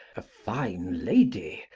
a fine lady,